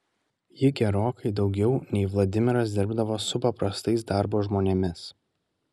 ji gerokai daugiau nei vladimiras dirbdavo su paprastais darbo žmonėmis